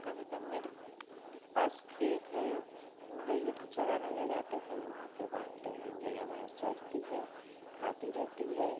कभी कम मेरे पास खेत है गईया को चराने ले जाते हैं वहाँ पे बांधते हैं गईया भैंस चरती है खाती रहती है